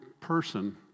person